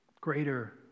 greater